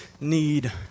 need